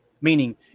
meaning